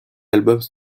albums